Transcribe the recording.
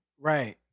Right